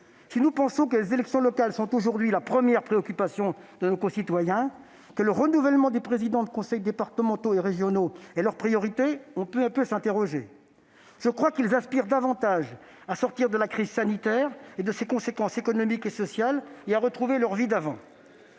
vraiment que les élections locales sont aujourd'hui la première préoccupation de nos concitoyens et que le renouvellement des présidents des conseils régionaux et départementaux soit leur priorité ? On peut en douter. Selon moi, ils aspirent davantage à sortir de la crise sanitaire et de ses conséquences économiques et sociales, ainsi qu'à retrouver leur vie d'avant.